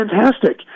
fantastic